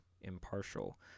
impartial